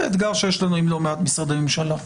וזה אתגר שיש לנו עם לא מעט משרדי ממשלה.